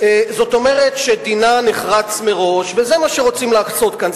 כלומר דינה נחרץ מראש, וזה מה שרוצים לעשות כאן.